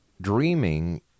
dreaming